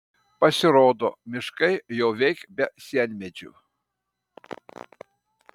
pasirodo miškai jau veik be sienmedžių